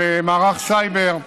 על מערך סייבר,